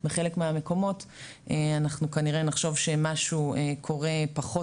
בחלק מהמקומות אנחנו כנראה נחשוב שמשהו קורה פחות